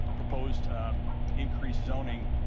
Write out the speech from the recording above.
proposed increased zoning.